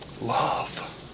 Love